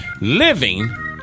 living